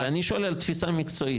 אבל אני שואל על תפיסה מקצועית,